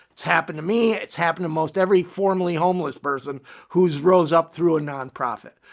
it's happened to me, it's happened to most every formerly homeless person who's rose up through a nonprofit.